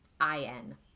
I-N